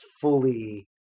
fully